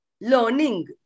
learning